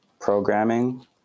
programming